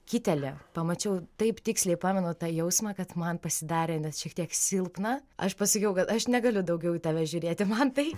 kitelį pamačiau taip tiksliai pamenu tą jausmą kad man pasidarė net šiek tiek silpna aš pasakiau kad aš negaliu daugiau į tave žiūrėti mantai